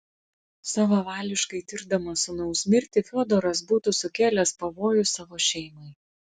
savavališkai tirdamas sūnaus mirtį fiodoras būtų sukėlęs pavojų savo šeimai